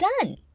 done